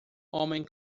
homem